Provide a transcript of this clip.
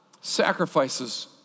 Sacrifices